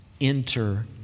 enter